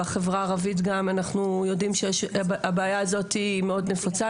בחברה הערבית גם אנחנו יודעים שהבעיה הזאתי היא מאוד נפוצה,